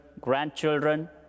grandchildren